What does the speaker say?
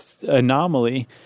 anomaly